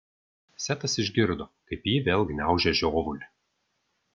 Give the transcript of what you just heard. setas išgirdo kaip ji vėl gniaužia žiovulį